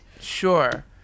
Sure